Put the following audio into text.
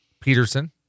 Peterson